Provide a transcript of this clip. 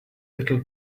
little